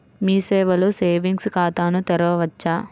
మీ సేవలో సేవింగ్స్ ఖాతాను తెరవవచ్చా?